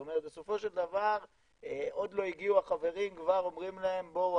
זאת אומרת בסופו של דבר עוד לא הגיעו החברים וכבר אומרים להם: בואו,